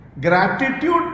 Gratitude